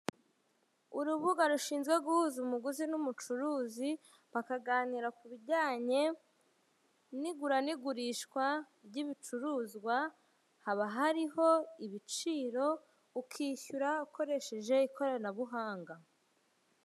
Urubuga rushinzwe guhuza umuguzi n'umucuruzi bakaganira ku bijyanye n'igura n'igurishwa ry'ibicuruzwa, haba hariho ibiciro ukishyura ukoresheje ikoranabuhanga.